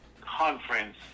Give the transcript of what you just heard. conference